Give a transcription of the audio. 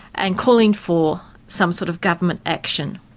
and calling for some sort of government action.